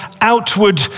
outward